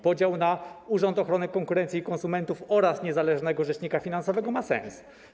Podział na Urząd Ochrony Konkurencji i Konsumentów oraz niezależnego rzecznika finansowego ma sens.